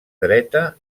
dreta